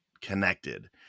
connected